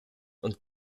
und